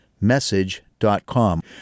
message.com